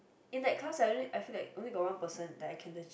in that class I really I feel that only got one person that I can legit